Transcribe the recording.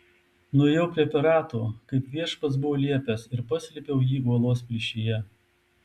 nuėjau prie perato kaip viešpats buvo liepęs ir paslėpiau jį uolos plyšyje